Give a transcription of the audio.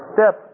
Step